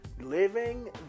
living